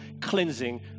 cleansing